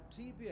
TBS